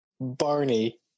Barney